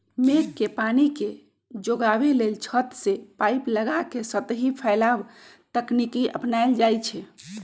मेघ के पानी के जोगाबे लेल छत से पाइप लगा के सतही फैलाव तकनीकी अपनायल जाई छै